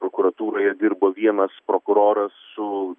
prokuratūroje dirbo vienas prokuroras su